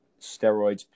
steroids